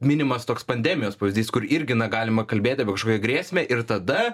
minimas toks pandemijos pavyzdys kur irgi na galima kalbėti apie kažkokią grėsmę ir tada